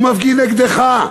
הוא מפגין נגדך.